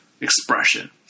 expression